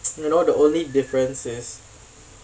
you know the only difference is